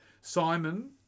Simon